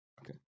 Okay